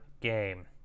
game